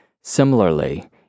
Similarly